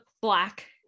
black